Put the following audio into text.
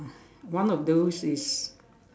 one of those is